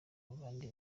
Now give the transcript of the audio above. abandi